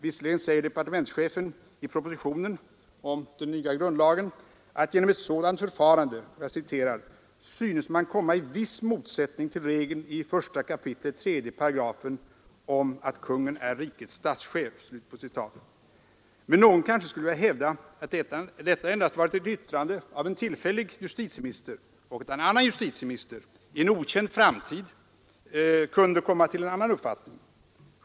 Visserligen säger departementschefen i propositionen om den nya grundlagen att genom ett sådant förfarande ”synes man komma i viss motsättning till regeln i 1 kap. 3 § om att konungen är rikets statschef”. Men någon kanske skulle vilja hävda att detta endast varit ett yttrande av en tillfällig justitieminister och att en annan justitieminister, i en okänd framtid, kunde komma till en annan uppfattning.